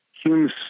Hume's